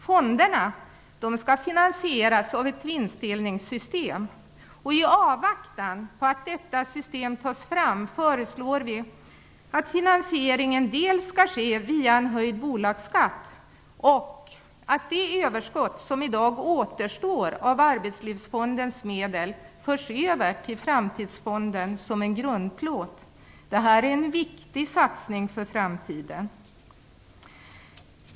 Fonderna skall finansieras av ett vinstdelningssystem. I avvaktan på att detta system tas fram föreslår vi att finansieringen skall ske via en höjd bolagsskatt och att det överskott som i dag återstår av Arbetslivsfondens medel förs över som en grundplåt till Framtidsfonden. Detta är en viktig satsning för framtiden.